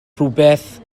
rhywbeth